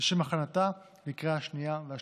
לשם הכנתה לקריאה השנייה והשלישית.